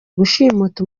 gushimuta